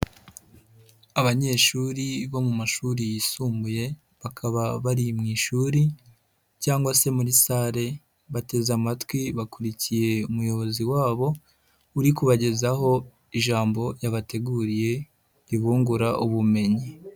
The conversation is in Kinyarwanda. Abanyeshuri bo mu mashuri yisumbuye, bakaba bari mu ishuri cyangwa se muri sare, bateze amatwi bakurikiye umuyobozi wabo, uri kubagezaho ijambo yabateguriye, ribungura ubumenyi.